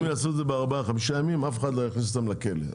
אם יעשו את זה בארבעה-חמישה ימים אף אחד לא יכניס אותם לכלא.